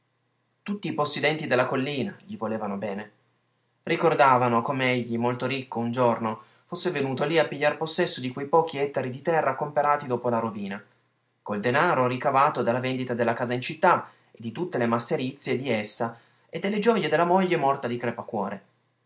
tutti i possidenti della collina gli volevano bene ricordavano com'egli molto ricco un giorno fosse venuto lì a pigliar possesso di quei pochi ettari di terra comperati dopo la rovina col denaro ricavato dalla vendita della casa in città e di tutte le masserizie di essa e delle gioje della moglie morta di crepacuore